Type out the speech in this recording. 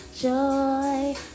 joy